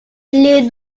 les